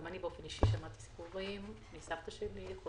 גם אני באופן אישי שמעתי סיפורים מסבתא שלי על